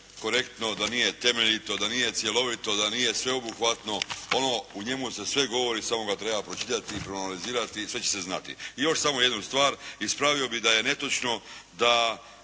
nije korektno, da nije temeljito, da nije cjelovito, da nije sveobuhvatno. Ono, u njemu se sve govori, samo ga treba pročitati i proanalizirati i sve će se znati. I još samo jednu stvar. Ispravio bi da je netočno da